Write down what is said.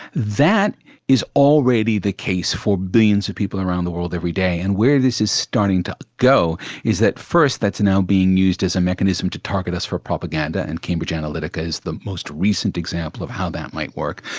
that is already the case for billions of people around the world every day, and where this is starting to go is that first that's now being used as a mechanism to target us for propaganda, and cambridge analytica is the most recent example of how that might work.